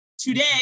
today